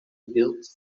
build